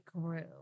grew